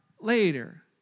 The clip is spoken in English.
later